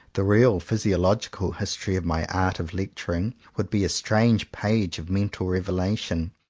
the real physiological history of my art of lectur ing would be a strange page of mental revelation.